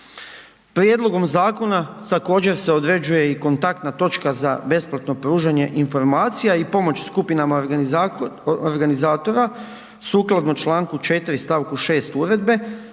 Prijedlogom zakona također se određuje i kontaktna točka za besplatno pružanje informacija i pomoć skupinama organizatora sukladno članku 4. stavku 6. uredbe